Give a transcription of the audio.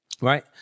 right